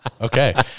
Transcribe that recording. Okay